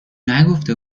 نگفته